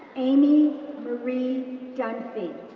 amy marie dunphy,